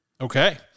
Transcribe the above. Okay